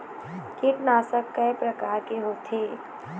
कीटनाशक कय प्रकार के होथे?